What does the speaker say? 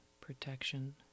protection